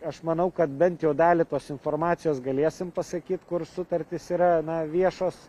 aš manau kad bent jau dalį tos informacijos galėsim pasakyt kur sutartys yra na viešos